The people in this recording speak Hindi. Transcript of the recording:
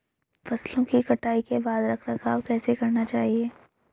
फसलों की कटाई के बाद रख रखाव कैसे करना चाहिये?